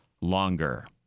longer